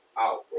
out